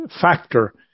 factor